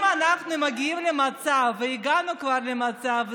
אם אנחנו מגיעים למצב, וכבר הגענו למצב הזה,